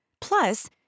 Plus